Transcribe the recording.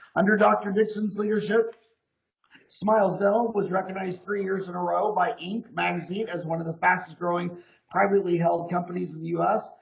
under dr. dixson's leadership smiles dental was recognized three years in a row by ink magazine as one of the fastest growing privately held companies in the u s.